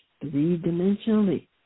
three-dimensionally